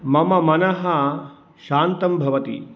मम मनः शान्तं भवति